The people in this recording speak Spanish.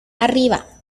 arriba